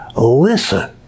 listen